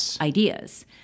ideas